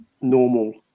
normal